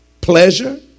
Pleasure